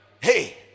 hey